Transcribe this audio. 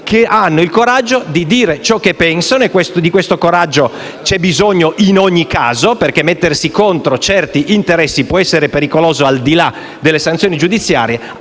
che hanno il coraggio di dire ciò che pensano. Di questo coraggio c'è bisogno in ogni caso perché mettersi contro certi interessi può essere pericoloso, al di là delle sanzioni giudiziarie.